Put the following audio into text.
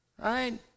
right